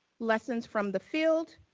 lessons from the field.